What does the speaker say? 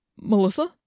Melissa